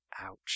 Ouch